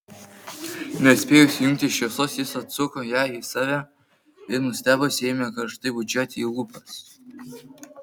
nespėjus įjungti šviesos jis atsuko ją į save ir nustebusią ėmė karštai bučiuoti į lūpas